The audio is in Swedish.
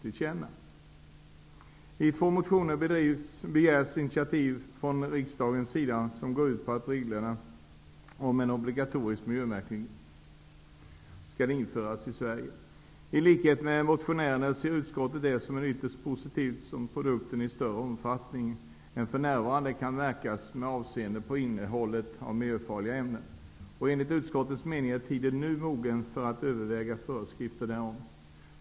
I två motioner begärs initiativ från riksdagens sida som går ut på att regler om obligatorisk miljöfarlighetsmärkning skall införas i Sverige. I likhet med motionärerna ser utskottet det som ytterst positivt om produkter i större omfattning än för närvarande kan märkas med avseende på innehållet av miljöfarliga ämnen. Enligt utskottets mening är tiden nu mogen för att överväga föreskrifter därom.